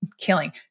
killing